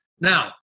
Now